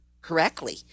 correctly